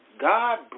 God